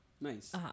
Nice